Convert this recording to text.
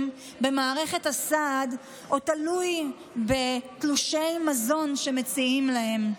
במערכת הסעד או בתלושי מזון שמציעים להם.